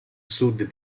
sud